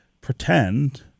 pretend